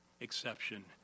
exception